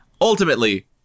Ultimately